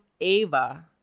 Ava